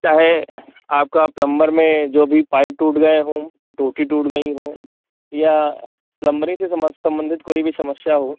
चाहे आपका प्लंबर में जो भी पाइप टूट गये हो या टोंटी टूट गई हो या प्लंबरिंग से समस संबंधित कोई भी समस्या हो